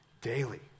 Daily